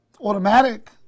Automatic